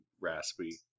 raspy